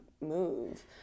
move